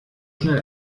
schnell